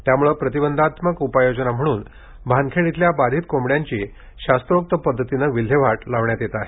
त्याम्ळे प्रतिबंधात्मक उपाय योजना म्हणून भानखेड येथील बाधीत कोंबड्यांची शास्त्रोक्त पदधतीने विल्हेवाट लावण्यात येत आहे